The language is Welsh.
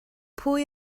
pwy